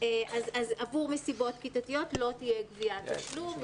עבור מסיבות כיתתיות לא תהיה גביית תשלום,